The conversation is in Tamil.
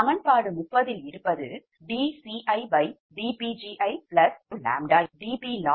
சமன்பாடு 30ல் இருந்து dCidPgiʎdPLossdPgiʎ